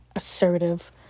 assertive